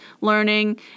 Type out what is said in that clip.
learning